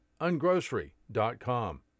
ungrocery.com